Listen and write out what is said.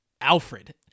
Alfred